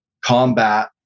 combat